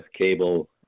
cable